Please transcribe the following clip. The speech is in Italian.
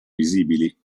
visibili